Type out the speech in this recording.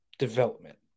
Development